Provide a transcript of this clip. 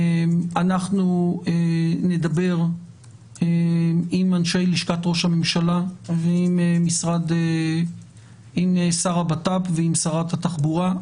אנחנו נדבר עם אנשי לשכת ראש הממשלה ועם שר הבט"פ ועם שרת התחבורה.